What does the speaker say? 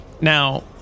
Now